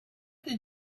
did